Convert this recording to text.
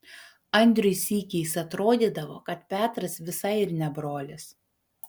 andriui sykiais atrodydavo kad petras visai ir ne brolis